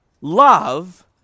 love